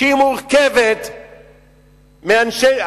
שמורכבת מאנשי,